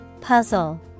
Puzzle